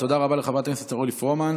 תודה רבה לחברת הכנסת אורלי פרומן.